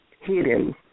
hidden